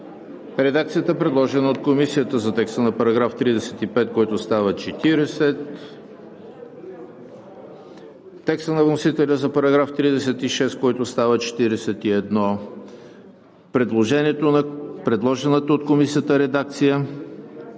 редакцията, предложена от Комисията за текста на § 35, който става § 40; текста на вносителя за § 36, който става § 41; предложената от Комисията редакция